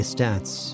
Stats